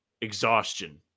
exhaustion